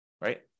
right